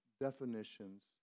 definitions